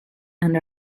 and